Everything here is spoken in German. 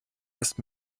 ist